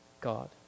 God